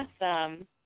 Awesome